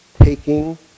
Taking